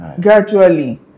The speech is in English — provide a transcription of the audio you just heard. Gradually